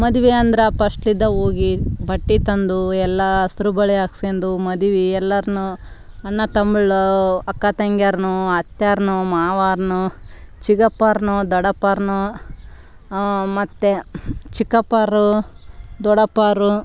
ಮದ್ವೆ ಅಂದ್ರೆ ಪಸ್ಟ್ಲ್ಲಿದ್ದ ಹೋಗಿ ಬಟ್ಟೆ ತಂದು ಎಲ್ಲ ಹಸ್ರು ಬಳೆ ಹಾಕಿಸ್ಕೊಂಡು ಮದುವೆ ಎಲ್ಲರನು ಅಣ್ಣ ತಂಬ್ಳ ಅಕ್ಕ ತಂಗಿರನು ಅತ್ತೆಯರ್ನು ಮಾವಂದ್ರು ಚಿಕ್ಕಪ್ಪರ್ನು ದೊಡ್ಡಪ್ಪಾರ್ನು ಮತ್ತೆ ಚಿಕ್ಕಪ್ಪಾರು ದೊಡ್ಡಪ್ಪಾರು